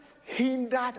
hindered